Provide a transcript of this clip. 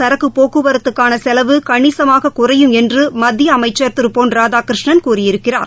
சரக்கு போக்குவரத்துக்கான செலவு கணிசமாக குறையும் என்று மத்திய அமைச்சர் திரு பொன் ராதாகிருஷ்ணன் கூறியிருக்கிறார்